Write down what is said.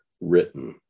written